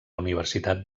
universitat